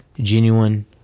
genuine